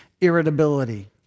irritability